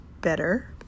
better